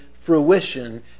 fruition